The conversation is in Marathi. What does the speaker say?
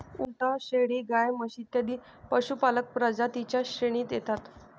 उंट, शेळी, गाय, म्हशी इत्यादी पशुपालक प्रजातीं च्या श्रेणीत येतात